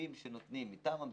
בכספים שנותנים מטעם המדינה,